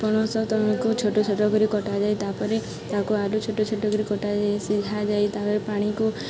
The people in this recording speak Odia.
ପଣସ କୁ ଛୋଟ ଛୋଟ କରି କଟାଯାଏ ତା'ପରେ ତାକୁ ଆଡ଼ୁ ଛୋଟ ଛୋଟ କରିରି କଟାଯାଇ ସିଝା ଯାଇ ତା'ପରେ ପାଣିକୁ